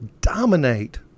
dominate